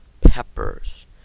Peppers